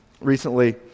recently